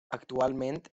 actualment